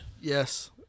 Yes